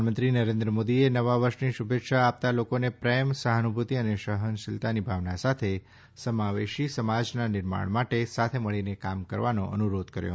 પ્રધાનમંત્રી નરેન્દ્ર મોદીએ નવા વર્ષની શુભેચ્છા આપતાં લોકોને પ્રેમ સહાનુભૂતિ અને સફનશીલતાની ભાવના સાથે સમાવેશી સમાજના નિર્માણ માટે સાથે મળી કામ કરવાનો અનુરોધ કર્યો